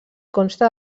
consta